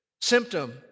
symptom